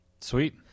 Sweet